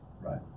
Right